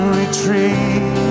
retreat